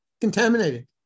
contaminated